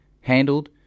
handled